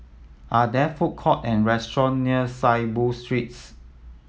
are there food court or restaurant near Saiboo Street